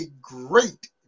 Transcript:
great